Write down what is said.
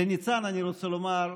לניצן אני רוצה לומר,